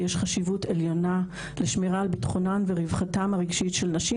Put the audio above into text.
יש חשיבות עליונה לשמירה על ביטחונן ורווחתן הרגשית של נשים,